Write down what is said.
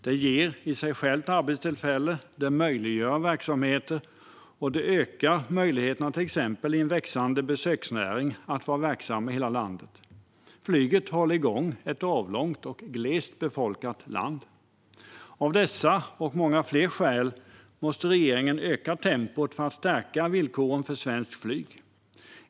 Det ger i sig självt arbetstillfällen, det möjliggör verksamheter och det ökar möjligheterna - till exempel i en växande besöksnäring - att vara verksam i hela landet. Flyget håller igång ett avlångt och glest befolkat land. Av dessa och många fler skäl måste regeringen öka tempot för att stärka villkoren för svenskt flyg.